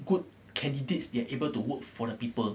good candidates they are able to work for the people